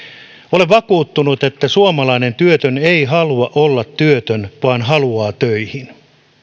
olen vakuuttunut että suomalainen työtön ei halua olla työtön vaan haluaa töihin